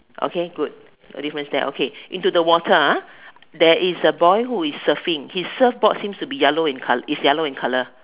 okay good got difference there okay into the water ah there is a boy who is surfing his surfboard seems to be yellow in col~ is yellow in colour